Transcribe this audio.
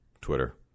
Twitter